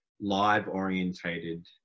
live-orientated